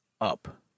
up